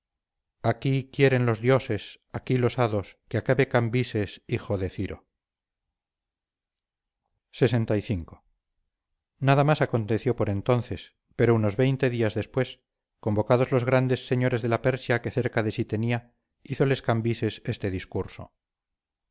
aquí quieren los dioses aquí los hados que acabe cambises hijo de ciro lxv nada más aconteció por entonces pero unos veinte días después convocados los grandes señores de la persia que cerca de sí tenía hízoles cambises este discurso